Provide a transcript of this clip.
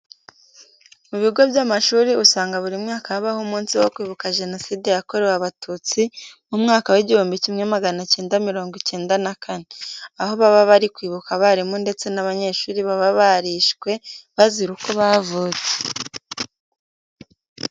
Mu bigo by'amashuri usanga buri mwaka habaho umunsi wo kwibuka Jenoside yakorewe Abatutsi mu mwaka w'igihumbi kimwe magana cyenda mirongo icyenda na kane. Aho baba bari kwibuka abarimu ndetse n'abanyeshuri baba barishwe bazira uko bavutse.